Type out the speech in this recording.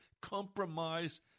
compromise